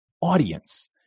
audience